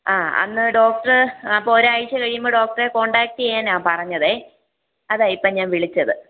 ആ അന്ന് ഡോക്ടറ് അപ്പോൾ ഒരാഴ്ച കയിയുമ്പോൾ ഡോക്ടറെ കോണ്ടാക്ട് ചെയ്യാനാ പറഞ്ഞത് അതാ ഇപ്പം ഞാൻ വിളിച്ചത്